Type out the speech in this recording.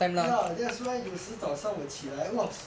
ya that's why 有时早上我起来 !wah!